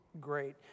great